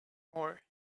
more